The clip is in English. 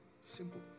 simple